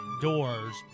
doors